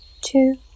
two